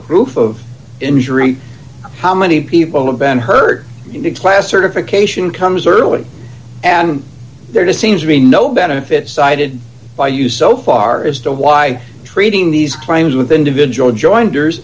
proof of injury how many people have been hurt in the class certification comes early and there just seems to be no benefit cited by you so far as to why treating these crimes with individual join